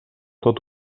tot